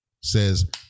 says